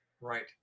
Right